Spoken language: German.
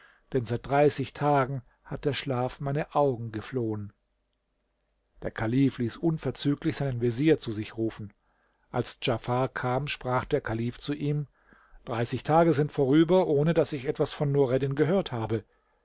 denn seit dreißig tagen hat der schlaf meine augen geflohen der kalif ließ unverzüglich seinen vezier zu sich rufen als djafar kam sprach der kalif zu ihm dreißig tage sind vorüber ohne daß ich etwas von nureddin gehört habe